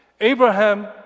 Abraham